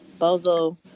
bozo